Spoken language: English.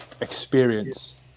experience